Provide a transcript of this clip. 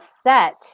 set